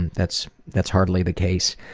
and that's that's hardly the case,